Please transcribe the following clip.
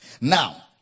Now